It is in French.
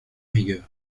rigueur